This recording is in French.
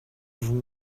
vous